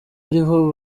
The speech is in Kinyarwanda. ariho